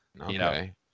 Okay